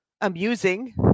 amusing